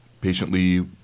patiently